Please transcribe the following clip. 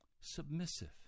submissive